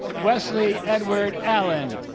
wesley edward allen